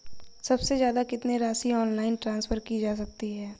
सबसे ज़्यादा कितनी राशि ऑनलाइन ट्रांसफर की जा सकती है?